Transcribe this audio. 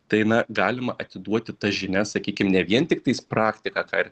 tai na galima atiduoti tas žinias sakykim ne vien tiktais praktiką ką ir